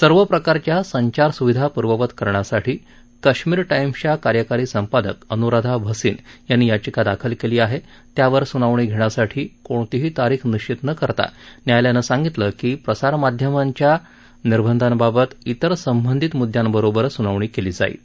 सर्व प्रकारच्या संचारस्विधा पूर्ववत करण्यासाठी कश्मीर टाईम्सच्या कार्यकारी संपादक अनुराधा असीन यांनी याचिका दाखल केली आहे त्यावर सुनावणी घेण्यासाठी कोणतीही तारीख निश्चित न करता न्यायालयानं सांगितलं की प्रसारमाध्यमांवरच्या निर्बंधाबाबत इतर संबंधित मृदयांबरोबर सुनावणी केली जाईल